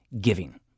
giving